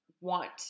want